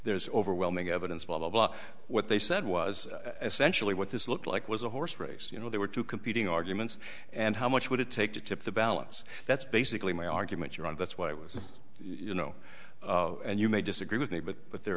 there's overwhelming evidence blah blah blah what they said was essentially what this looked like was a horse race you know there were two competing arguments and how much would it take to tip the balance that's basically my argument you're on that's why i was you know and you may disagree with me but but there